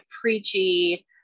preachy